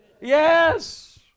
Yes